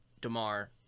DeMar